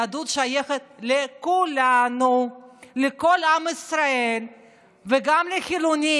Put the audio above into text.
היהדות שייכת לכולנו, לכל עם ישראל וגם לחילונים.